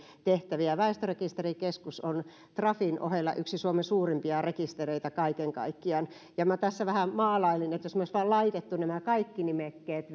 tehtäviä väestörekisterikeskus on trafin ohella yksi suomen suurimpia rekistereitä kaiken kaikkiaan minä tässä vähän maalailin että jos me olisimme vain laittaneet nämä kaikki nimekkeet